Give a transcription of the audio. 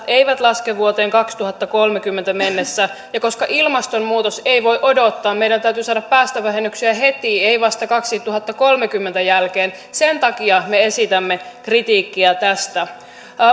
eivät laske vuoteen kaksituhattakolmekymmentä mennessä ja koska ilmastonmuutos ei voi odottaa meidän täytyy saada päästövähennyksiä heti ei vasta vuoden kaksituhattakolmekymmentä jälkeen sen takia me esitämme kritiikkiä tästä